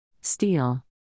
Steel